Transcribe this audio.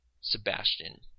Sebastian